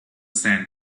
sand